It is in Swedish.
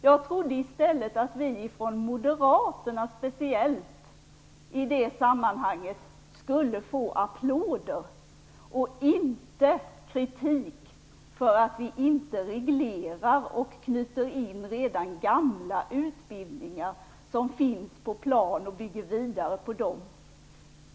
Jag trodde i stället att vi speciellt från Moderaterna i det sammanhanget skulle få applåder och inte kritik för att vi inte reglerar och knyter in redan gamla utbildningar som finns på plan och bygger vidare på dem.